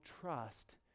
trust